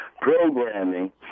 programming